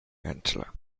angela